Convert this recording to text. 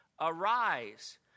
Arise